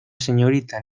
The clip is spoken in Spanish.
señorita